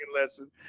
lesson